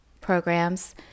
programs